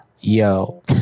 Yo